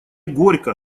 горько